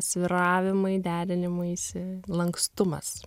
svyravimai derinimaisi lankstumas